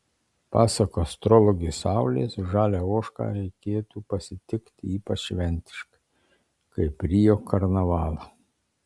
pasak astrologės saulės žalią ožką reikėtų pasitikti ypač šventiškai kaip rio karnavalą